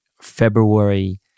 February